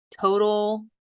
total